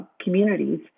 communities